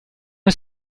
est